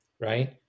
right